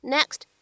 Next